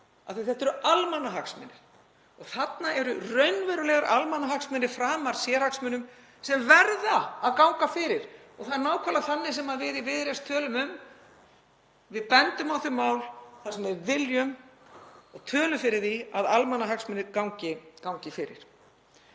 Þetta eru almannahagsmunir og þarna eru raunverulegir almannahagsmunir framar sérhagsmunum sem verða að ganga fyrir. Það er nákvæmlega þannig sem við í Viðreisn tölum. Við bendum á þau mál þar sem við viljum og tölum fyrir því að almannahagsmunir gangi fyrir.